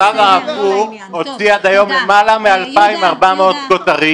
מוסד הרב קוק הוציא עד היום למעלה מ-2,400 כותרים